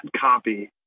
copy